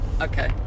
Okay